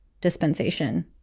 dispensation